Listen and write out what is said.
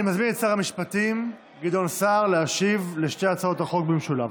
אני מזמין את שר המשפטים גדעון סער להשיב על שתי הצעות החוק במשולב.